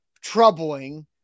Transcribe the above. troubling